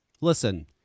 Listen